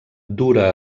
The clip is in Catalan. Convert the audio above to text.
dura